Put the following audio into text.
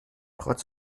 trotz